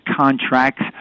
contracts